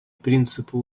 принципы